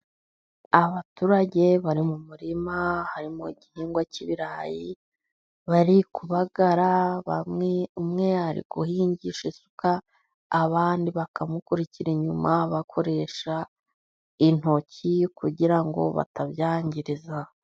Abaturage bari mu murima harimo igihingwa cy'ibirayi , bari kubagara umwe ari guhingisha isuka abandi bakamukurikira inyuma bakoresha intoki kugira ngo batabyangiriza.